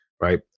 right